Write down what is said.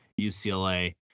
UCLA